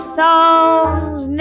songs